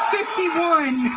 fifty-one